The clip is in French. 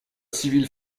civil